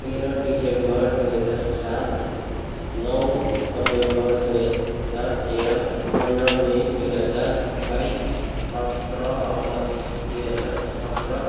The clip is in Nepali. तेह्र दिसम्बर दुई हजार सात नौ नोभेम्बर दुई हजार तेह्र पन्ध्र मई दुई हजार बाइस सत्र अगस्त दुई हजार सत्र